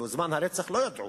בזמן הפשע הזה לא ידעו.